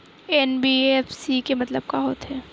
NBFC के मतलब का होथे?